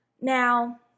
Now